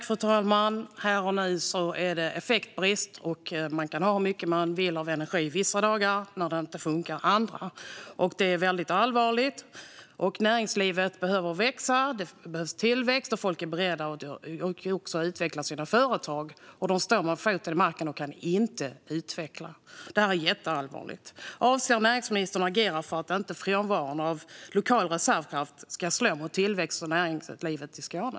Fru talman! Här och nu råder effektbrist. Man kan ha hur mycket energi man vill vissa dagar om det inte funkar andra dagar. Detta är väldigt allvarligt. Näringslivet behöver växa; det behövs tillväxt. Folk är beredda att utveckla sina företag. De står med foten i marken och kan inte utveckla dem. Det här är jätteallvarligt. Avser näringsministern att agera för att frånvaron av lokal reservkraft inte ska slå mot tillväxten och näringslivet i Skåne?